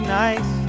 nice